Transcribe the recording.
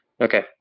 Okay